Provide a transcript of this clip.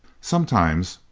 sometimes,